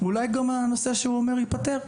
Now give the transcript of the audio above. אולי גם הנושא שהוא אומר ייפתר.